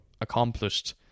accomplished